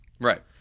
Right